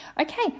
Okay